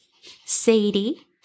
Sadie